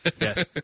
Yes